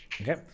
Okay